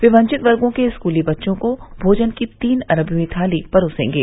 वे वंचित वर्गों के स्कूली बच्चों को भोजन की तीन अरबवीं थाली परोसेंगे